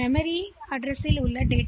L பேர்யில் முகவரி இருக்கும் இடம்